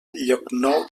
llocnou